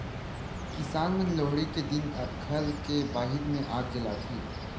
किसान मन लोहड़ी के दिन घर के बाहिर म आग जलाथे